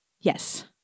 Yes